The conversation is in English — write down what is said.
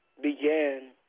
began